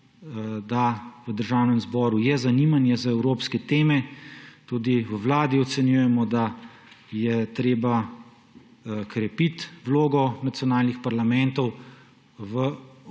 je v Državnem zboru zanimanje za evropske teme, tudi v Vladi ocenjujemo, da je treba krepiti vlogo nacionalnih parlamentov v okviru